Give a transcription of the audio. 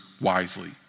wisely